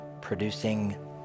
producing